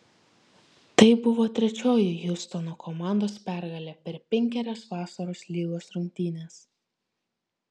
tai buvo trečioji hjustono komandos pergalė per penkerias vasaros lygos rungtynes